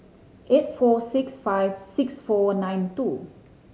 eight four six five six four nine two